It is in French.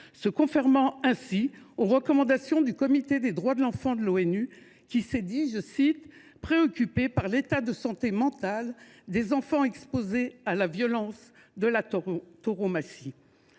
se conformant ainsi aux recommandations du Comité des droits de l’enfant de l’ONU, qui s’est dit « préoccupé par l’état de santé mentale des enfants exposés à la violence de la tauromachie ».